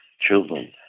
children